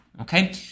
okay